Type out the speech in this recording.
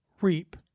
Reap